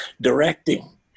directing